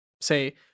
say